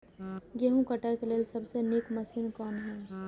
गेहूँ काटय के लेल सबसे नीक मशीन कोन हय?